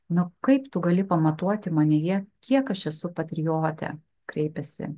na kaip tu gali pamatuoti manyje kiek aš esu patriotė kreipiasi